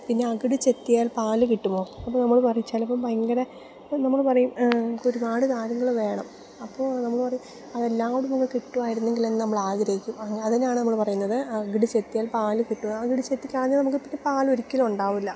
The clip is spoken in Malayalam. പിന്നെ അകിട് ചെത്തിയാൽ പാല് കിട്ടുമോ അപ്പം നമ്മൾ പറയും ചിലപ്പം ഭയങ്കര നമ്മൾ പറയും ഒരുപാട് കാര്യങ്ങൾ വേണം അപ്പോൾ നമ്മൾ പറയും അതെല്ലാം കൂടെന്നങ്ങ് കിട്ടുവായിരുന്നെങ്കിലെന്ന് നമ്മൾ ആഗ്രഹിക്കും അതിനാണ് നമ്മൾ പറയുന്നത് അകിട് ചെത്തിയാൽ പാല് കിട്ടുക അകിട് ചെത്തി കളഞ്ഞാൽ നമുക്ക് പിന്നെ പാൽ ഒരിക്കലും ഉണ്ടാവൂല്ല